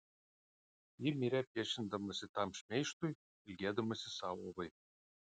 ji mirė priešindamasi tam šmeižtui ilgėdamasi savo vaiko